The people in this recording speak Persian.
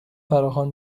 فراخوان